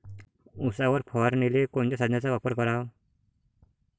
उसावर फवारनीले कोनच्या साधनाचा वापर कराव?